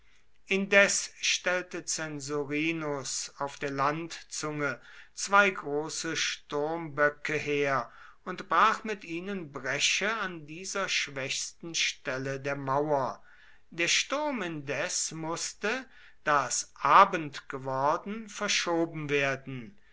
indes stellte censorinus auf der landzunge zwei große sturmböcke her und brach mit ihnen bresche an dieser schwächsten stelle der mauer der sturm indes mußte da es abend geworden verschoben werden